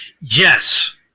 Yes